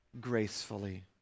gracefully